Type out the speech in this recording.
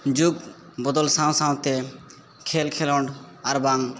ᱡᱩᱜᱽ ᱵᱚᱫᱚᱞ ᱥᱟᱶ ᱥᱟᱶᱛᱮ ᱠᱷᱮᱞ ᱠᱷᱮᱹᱞᱳᱸᱰ ᱟᱨᱵᱟᱝ